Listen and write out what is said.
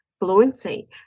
fluency